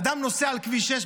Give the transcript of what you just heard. אדם נוסע על כביש 6,